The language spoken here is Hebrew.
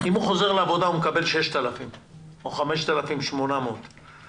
אם הוא חוזר לעבודה הוא מקבל 6,000 או 5,800 שקל לחודש.